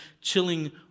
chilling